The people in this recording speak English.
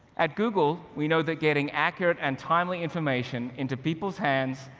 at google, we know that getting accurate and timely information into people's hands,